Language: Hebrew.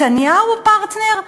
נתניהו הוא פרטנר?